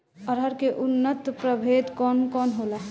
अरहर के उन्नत प्रभेद कौन कौनहोला?